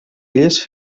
illes